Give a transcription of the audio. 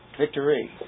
victory